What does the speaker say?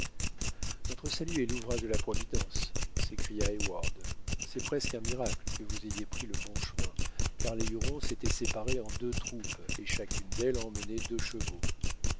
notre salut est l'ouvrage de la providence s'écria heyward c'est presque un miracle que vous ayez pris le bon chemin car les hurons s'étaient séparés en deux troupes et chacune d'elles emmenait deux chevaux